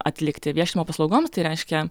atlikti viešinimo paslaugoms tai reiškia